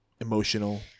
emotional